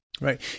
right